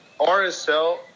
RSL